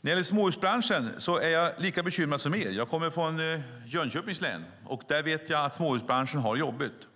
När det gäller småhusbranschen är jag lika bekymrad som ni. Jag kommer från Jönköpings län, och där vet jag att småhusbranschen har jag jobbigt.